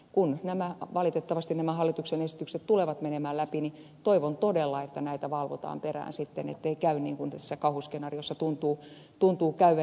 kun valitettavasti nämä hallituksen esitykset tulevat menemään läpi niin toivon todella että näitä valvotaan perään sitten ettei käy niin kuin tässä kauhuskenaariossa tuntuu käyvän